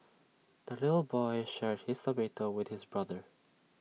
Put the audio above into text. the little boy shared his tomato with his brother